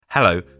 Hello